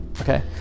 okay